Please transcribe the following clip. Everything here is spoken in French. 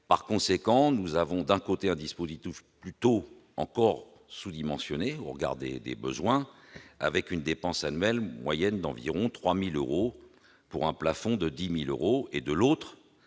Par conséquent, nous avons, d'un côté, un dispositif plutôt encore sous-dimensionné au regard des besoins, avec une dépense annuelle moyenne de 3 000 euros environ pour un plafond de 10 000 euros, et, de l'autre,